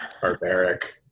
barbaric